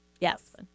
Yes